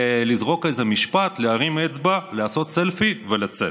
לזרוק איזה משפט, להרים אצבע, לעשות סלפי ולצאת.